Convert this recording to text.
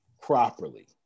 properly